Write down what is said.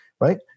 Right